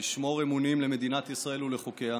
לשמור אמונים למדינת ישראל ולחוקיה,